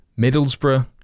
Middlesbrough